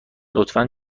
لطفا